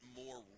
more